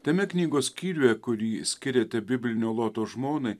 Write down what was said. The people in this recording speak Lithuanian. tame knygos skyriuje kurį skiriate biblinio loto žmonai